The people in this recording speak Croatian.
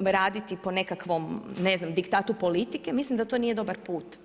raditi po nekakvom ne znam diktatu politike mislim da to nije dobar put.